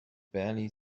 barely